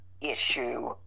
issue